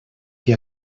que